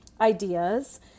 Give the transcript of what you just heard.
ideas